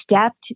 stepped